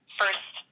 first